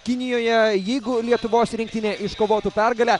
kinijoje jeigu lietuvos rinktinė iškovotų pergalę